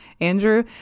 Andrew